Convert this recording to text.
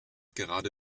gerade